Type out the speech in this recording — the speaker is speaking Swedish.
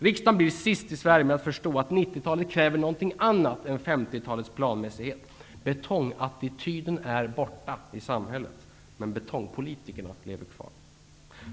Riksdagen blir sist i Sverige med att förstå att 90-talet kräver något annat än 50-talets planmässighet. Betongattityden är borta i samhället. Men betongpolitikerna lever kvar.